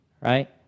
Right